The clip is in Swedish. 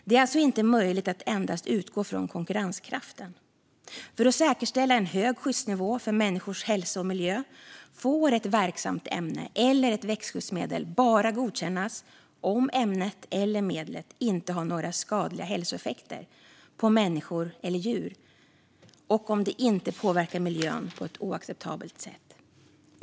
Det är alltså inte möjligt att endast utgå från konkurrenskraften. För att säkerställa en hög skyddsnivå för människors hälsa och för miljön får ett verksamt ämne eller ett växtskyddsmedel bara godkännas om ämnet eller medlet inte har några skadliga hälsoeffekter på människor eller djur och om det inte påverkar miljön på ett oacceptabelt sätt.